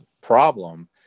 problem